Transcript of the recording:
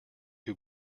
who